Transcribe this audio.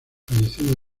fallecido